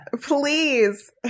please